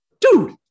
Dude